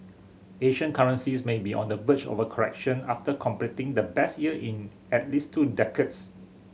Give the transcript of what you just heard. Asian currencies may be on the verge of a correction after completing the best year in at least two decades